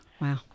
Wow